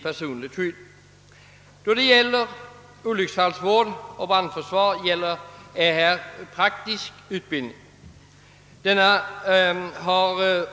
Utbildningen i olycksfallsvård och brandskydd är en praktisk utbildning.